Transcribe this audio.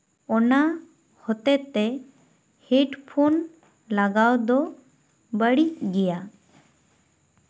ᱚᱱᱟ ᱦᱚᱛᱮ ᱛᱮ ᱦᱮᱰ ᱯᱷᱳᱱ ᱞᱟᱜᱟᱣ ᱫᱚ ᱵᱟᱹᱲᱤᱡ ᱜᱮᱭᱟ